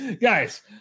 guys